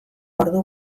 ordu